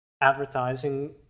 advertising